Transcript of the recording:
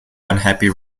unhappy